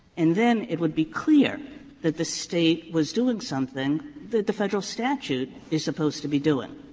and then it would be clear that the state was doing something that the federal statute is supposed to be doing.